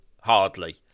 Hardly